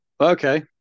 Okay